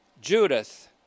Judith